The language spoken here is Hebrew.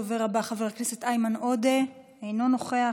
הדובר הבא, חבר הכנסת איימן עודה, אינו נוכח,